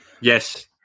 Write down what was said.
Yes